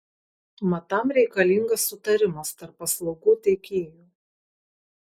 mat tam reikalingas sutarimas tarp paslaugų teikėjų